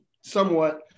somewhat